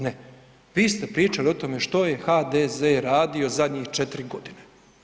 Ne, vi ste pričali o tome što je HDZ radio zadnjih 4 godine.